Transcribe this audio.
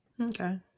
Okay